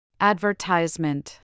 Advertisement